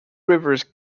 rivers